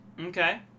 Okay